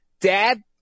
Dad